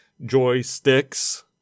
joysticks